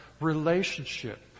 relationship